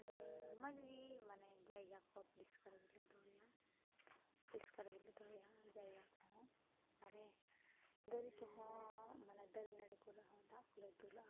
ᱢᱟᱱᱮ ᱢᱚᱡᱽ ᱜᱮ ᱢᱟᱱᱮ ᱡᱟᱭᱜᱟ ᱠᱚ ᱯᱚᱨᱤᱥᱠᱟᱨ ᱜᱮᱞᱮ ᱫᱚᱦᱚᱭᱟ ᱯᱚᱨᱤᱥᱠᱟᱨ ᱜᱮᱞᱮ ᱫᱚᱦᱚᱭᱟ ᱡᱟᱭᱜᱟ ᱠᱚᱦᱚᱸ ᱟᱨᱮ ᱫᱟᱹᱨᱤ ᱠᱚᱦᱚᱸ ᱢᱟᱱᱮ ᱫᱟᱨᱮ ᱱᱟᱹᱲᱤ ᱠᱚᱨᱮ ᱦᱚᱸ ᱫᱟᱜ ᱠᱚᱞᱮ ᱫᱩᱞᱟᱜᱼᱟ